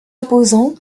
imposant